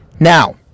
Now